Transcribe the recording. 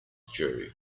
due